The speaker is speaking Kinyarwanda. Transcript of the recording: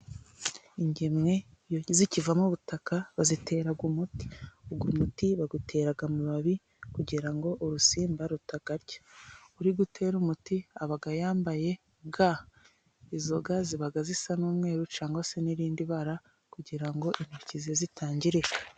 Ingemwe iyo zikiva mu butaka bazitera ,umuti uwo muti bawutera amababi kugira ngo urusimba rutayarya uri gutera umuti aba yambaye ga ,izo ga ziba zisa n'umweru cyangwa se n'irindi bara, kugira ngo intoki ze zitangirika.